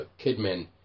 Kidman